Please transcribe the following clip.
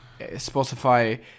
spotify